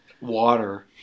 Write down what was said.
water